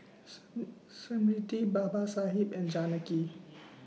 Smriti Babasaheb and Janaki